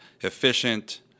efficient